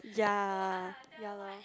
yea ya lor